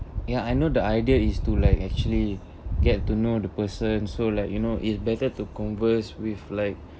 ya I know the idea is to like actually get to know the person so like you know it's better to converse with like